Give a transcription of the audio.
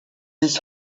his